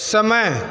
समय